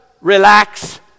relax